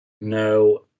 No